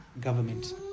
government